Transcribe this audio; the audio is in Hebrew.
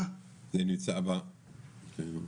הוא נשמע חלק מהבקשיש --- שנותנים